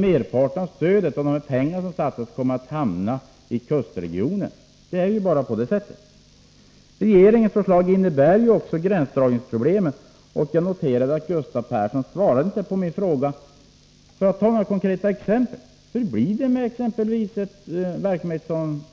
Merparten av de pengar som satsas kommer att stanna i kustregionen. Det är på det sättet. Regeringsförslaget innebär också gränsdragningsproblem. Jag noterade 69 att Gustav Persson inte svarade på min fråga på den punkten. Jag skall ta några konkreta exempel: Hur blir det med den verksamhet som